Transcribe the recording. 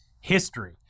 history